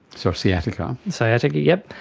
sort of sciatica. sciatica, yes.